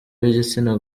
b’igitsina